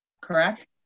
Correct